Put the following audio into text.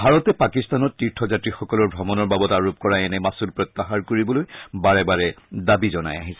ভাৰতে পাকিস্তানত তীৰ্থযাত্ৰীসকলৰ ভ্ৰমণৰ বাবদ আৰোপ কৰা এনে মাচুল প্ৰত্যাহাৰ কৰিবলৈ বাৰে বাৰে দাবী জনায় আহিছে